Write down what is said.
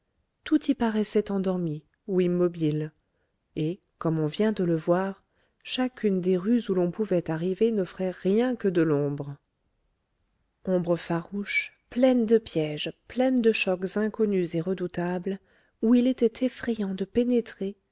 tout y paraissait endormi ou immobile et comme on vient de le voir chacune des rues où l'on pouvait arriver n'offrait rien que de l'ombre ombre farouche pleine de pièges pleine de chocs inconnus et redoutables où il était effrayant de pénétrer